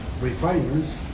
refiners